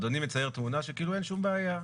אדוני מצייר תמונה שכאילו אין שום בעיה.